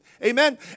Amen